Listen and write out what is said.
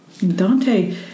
Dante